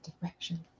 Direction